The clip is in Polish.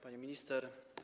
Pani Minister!